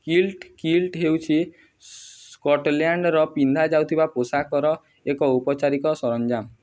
killed kilt ହେଉଛି ସ୍କଟଲ୍ୟାଣ୍ଡ୍ରେ ପିନ୍ଧା ଯାଉଥିବା ପୋଷାକର ଏକ ଔପଚାରିକ ସରଞ୍ଜାମ